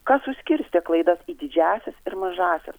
kas suskirstė klaidas į didžiąsias ir mažąsias